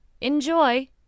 Enjoy